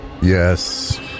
Yes